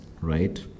right